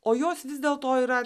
o jos vis dėlto yra